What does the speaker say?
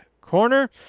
corner